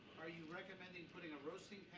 are you recommending putting a roasting